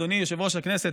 אדוני יושב-ראש הכנסת,